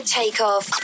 takeoff